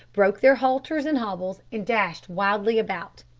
broke their halters and hobbles, and dashed wildly about.